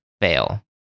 fail